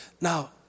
Now